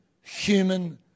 human